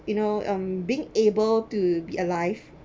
you know um being able to be alive